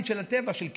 אתה אומר,